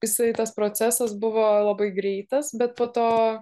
jisai tas procesas buvo labai greitas bet po to